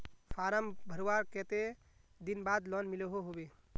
Form भरवार कते दिन बाद लोन मिलोहो होबे?